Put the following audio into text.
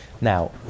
Now